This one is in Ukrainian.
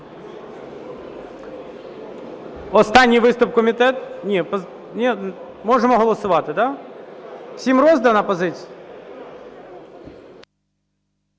Останній виступ – комітет? Ні? Можемо голосувати, да? Всім роздана позиція?